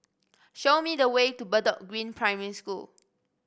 show me the way to Bedok Green Primary School